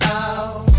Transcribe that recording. out